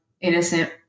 innocent